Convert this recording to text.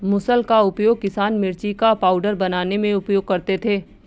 मुसल का उपयोग किसान मिर्ची का पाउडर बनाने में उपयोग करते थे